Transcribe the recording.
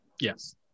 Yes